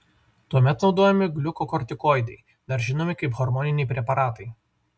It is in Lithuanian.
tuomet naudojami gliukokortikoidai dar žinomi kaip hormoniniai preparatai